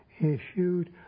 issued